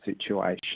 situation